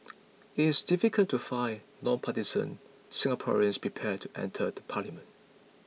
it is difficult to find non partisan Singaporeans prepared to enter the parliament